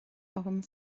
agam